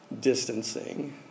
Distancing